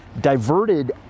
diverted